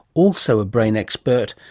also a brain expert,